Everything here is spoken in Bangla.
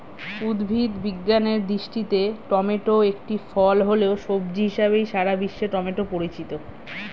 উদ্ভিদ বিজ্ঞানের দৃষ্টিতে টমেটো একটি ফল হলেও, সবজি হিসেবেই সারা বিশ্বে টমেটো পরিচিত